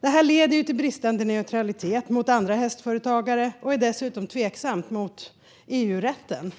Det här leder till bristande neutralitet mot andra hästföretagare och är dessutom tveksamt gentemot EU-rätten.